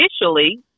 initially